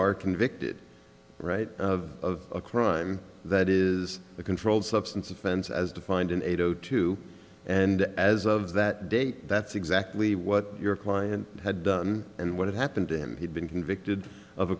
are convicted right of a crime that is a controlled substance offense as defined in eight zero two and as of that date that's exactly what your client had done and what happened to him he's been convicted of a